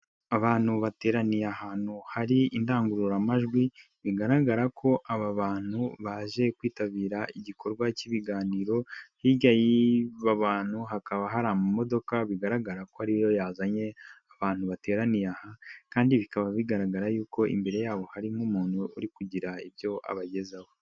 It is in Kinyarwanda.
Bbantu bateraniye ahantu hari indangururamajwi bigaragara ko aba bantu baje kwitabira igikorwa cy'ibiganiro, hirya y'aba bantu hakaba hari imodoka bigaragara ko ariyo yazanye abantu bateraniye aha kandi bikaba bigaragara y'uko imbere yabo hari nk'umuntu uri kugira ibyo abagezaho.